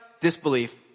Disbelief